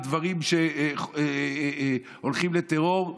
לדברים שהולכים לטרור?